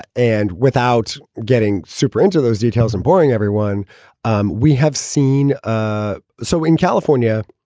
and without getting super into those details and boring everyone um we have seen. ah so in california,